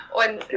und